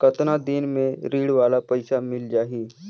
कतना दिन मे ऋण वाला पइसा मिल जाहि?